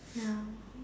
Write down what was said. ya